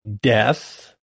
death